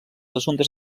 assumptes